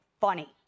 funny